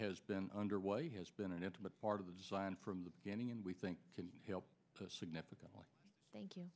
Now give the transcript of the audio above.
has been underway has been an integral part of the design from the beginning and we think can help significantly thank you